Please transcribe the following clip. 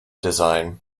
design